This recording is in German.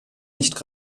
nicht